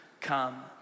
come